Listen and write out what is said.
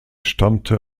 stammte